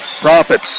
Profit